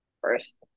first